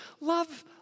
Love